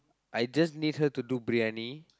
I just need her to do briyani